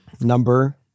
Number